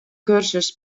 kursus